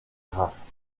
grasse